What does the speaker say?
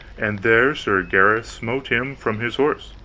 and there sir gareth smote him from his horse,